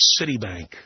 Citibank